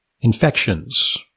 infections